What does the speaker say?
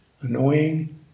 annoying